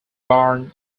born